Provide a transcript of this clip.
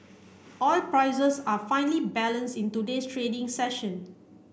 oil prices are finely balanced in today's trading session